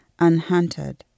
unhunted